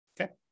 Okay